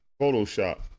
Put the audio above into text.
Photoshop